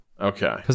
okay